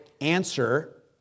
answer